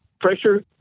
pressure